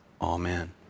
amen